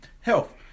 health